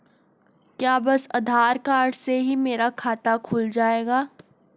क्या बस आधार कार्ड से ही मेरा खाता खुल जाएगा?